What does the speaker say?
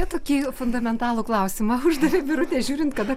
tokį fundamentalų klausimą uždavė birutė žiūrint kada